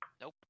Nope